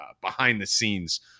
behind-the-scenes